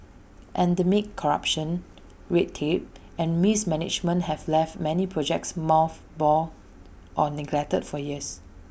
endemic corruption red tape and mismanagement have left many projects mothballed or neglected for years